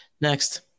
Next